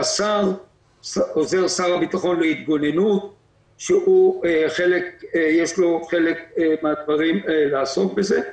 שר הביטחון להתגוננות שיש לו חלק מהדברים לעסוק בזה.